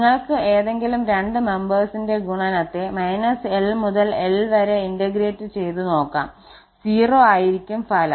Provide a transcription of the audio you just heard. നിങ്ങൾക്ക് ഏതെങ്കിലും രണ്ടു മെമ്പേഴ്സിന്റെ ഗുണനത്തെ −𝑙 മുതൽ 𝑙 വരെ ഇന്റഗ്രേറ്റ് ചെയ്ത നോക്കാം 0 ആയിരിക്കും ഫലം